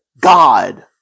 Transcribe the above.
God